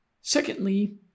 Secondly